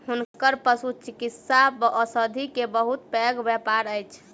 हुनकर पशुचिकित्सा औषधि के बहुत पैघ व्यापार अछि